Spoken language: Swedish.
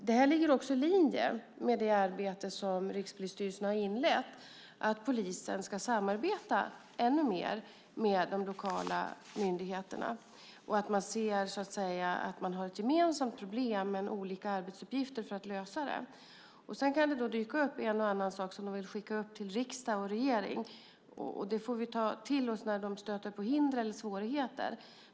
Det här ligger också i linje med det arbete som Rikspolisstyrelsen har inlett med att polisen ska samarbeta ännu mer med de lokala myndigheterna och att man ser så att säga att man har ett gemensamt problem men olika arbetsuppgifter för att lösa det. Sedan kan det dyka upp en och annan sak som man vill skicka upp till riksdag och regering. Det får vi ta till oss när de stöter på hinder eller svårigheter.